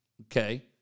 Okay